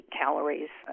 calories